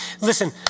listen